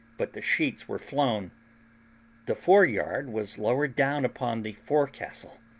but the sheets were flown the fore-yard was lowered down upon the forecastle,